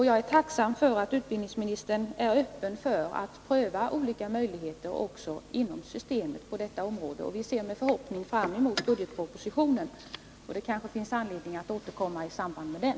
Jag är tacksam för att utbildningsministern är öppen för att pröva olika möjligheter också inom systemet på detta område. Vi ser med förhoppning fram emot budgetpropositionen. Det kanske finns anledning att återkomma i samband med den.